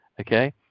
Okay